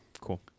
cool